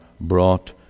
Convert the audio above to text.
brought